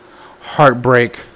heartbreak